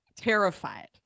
terrified